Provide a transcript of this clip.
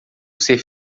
ser